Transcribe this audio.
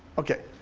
okay.